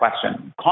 question